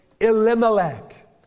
Elimelech